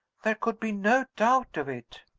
there could be no doubt of it.